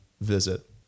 visit